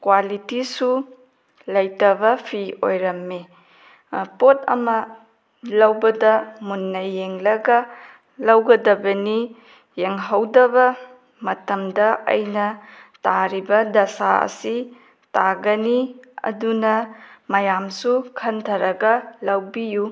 ꯀ꯭ꯋꯥꯂꯤꯇꯤꯁꯨ ꯂꯩꯇꯕ ꯐꯤ ꯑꯣꯏꯔꯝꯃꯤ ꯄꯣꯠ ꯑꯃ ꯂꯧꯕꯗ ꯃꯨꯟꯅ ꯌꯦꯡꯂꯒ ꯂꯧꯒꯗꯕꯅꯤ ꯌꯦꯡꯍꯧꯗꯕ ꯃꯇꯝꯗ ꯑꯩꯅ ꯇꯥꯔꯤꯕ ꯗꯁꯥ ꯑꯁꯤ ꯇꯥꯒꯅꯤ ꯑꯗꯨꯅ ꯃꯌꯥꯝꯁꯨ ꯈꯟꯊꯔꯒ ꯂꯧꯕꯤꯌꯨ